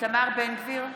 איתמר בן גביר,